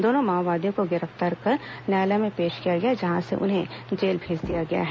दोनों माओवादियों को गिरफ्तार कर न्यायालय में पेश किया गया जहां से उन्हें जेल भेजा दिया गया है